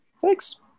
Thanks